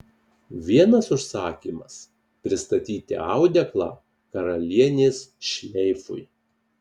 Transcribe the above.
vienas užsakymas pristatyti audeklą karalienės šleifui